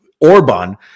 Orban